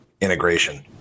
integration